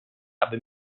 aby